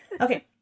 Okay